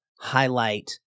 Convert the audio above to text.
highlight